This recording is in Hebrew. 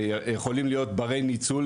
שיכולים להיות ברי ניצול,